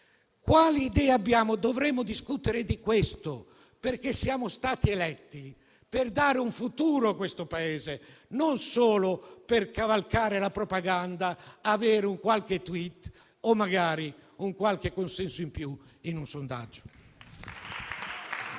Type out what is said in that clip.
Quale idea abbiamo? Dovremo discutere di questo, perché siamo stati eletti per dare un futuro al Paese, non solo per cavalcare la propaganda o magari avere un qualche *tweet* o consenso in più in un sondaggio.